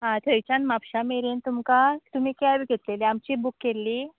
आ थंयच्यान म्हापशा मेरेन तुमकां तुमी कॅब घेतलेली आमची बूक केल्ली